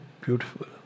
beautiful